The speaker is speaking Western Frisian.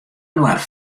inoar